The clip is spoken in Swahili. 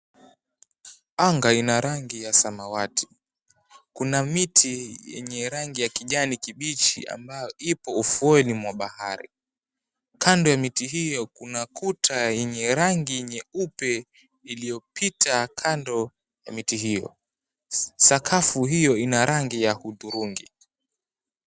Anga ina rangi ya samawati. Kuna miti yenye rangi ya kijani kibichi ambayo ipo ufueni mwa bahari. Kando ya miti hiyo kuna kuta yenye rangi nyeupe iliyopita kando ya miti hiyo. Sakafu hiyo ina rangi ya hudhurungi.